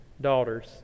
daughters